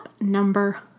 number